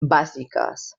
bàsiques